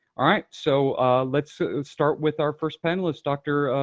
all right, so let's start with our first panelist, dr.